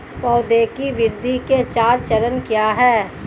पौधे की वृद्धि के चार चरण क्या हैं?